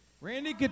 Randy